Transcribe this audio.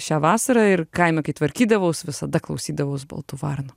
šią vasarą ir kaime kai tvarkydavaus visada klausydavaus baltų varnų